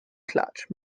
clutch